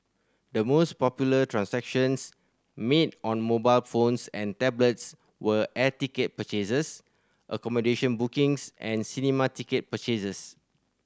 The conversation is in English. the most popular transactions made on mobile phones and tablets were air ticket purchases accommodation bookings and cinema ticket purchases